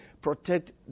protect